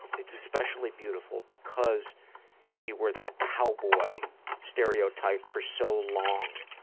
it's especially beautiful because you were that cowboy stereotype for so long.